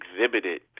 exhibited